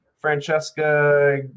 Francesca